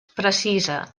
precisa